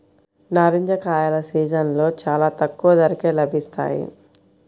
నారింజ కాయల సీజన్లో చాలా తక్కువ ధరకే లభిస్తాయి